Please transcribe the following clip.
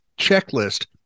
checklist